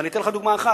אני אתן לך דוגמה אחת: